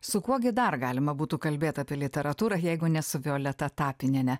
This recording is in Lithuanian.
su kuo gi dar galima būtų kalbėt apie literatūrą jeigu ne su violeta tapiniene